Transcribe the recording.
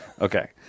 Okay